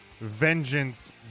Vengeance